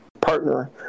partner